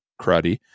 cruddy